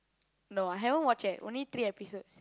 no I haven't watch eh only three episodes